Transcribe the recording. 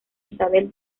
isabel